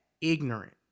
ignorant